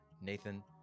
nathan